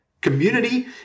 Community